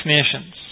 Nations